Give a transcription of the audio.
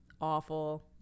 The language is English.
awful